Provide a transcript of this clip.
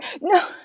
No